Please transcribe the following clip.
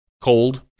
cold